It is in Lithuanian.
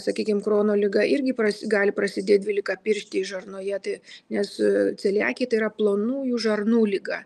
sakykim krono liga irgi gali prasidėt dvylikapirštėj žarnoje tai nes celiakija tai yra plonųjų žarnų liga